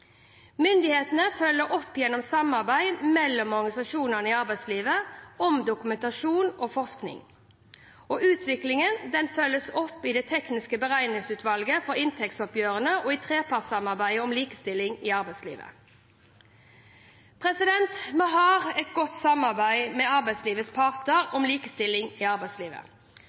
Myndighetene følger opp gjennom samarbeid mellom organisasjonene i arbeidslivet om dokumentasjon og forskning. Utviklingen følges opp i Det tekniske beregningsutvalget for inntektsoppgjørene og i trepartssamarbeidet om likestilling i arbeidslivet. Vi har et godt samarbeid med arbeidslivets parter om likestilling i arbeidslivet.